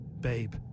Babe